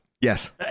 Yes